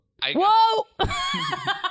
Whoa